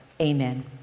Amen